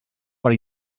per